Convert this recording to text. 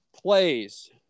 plays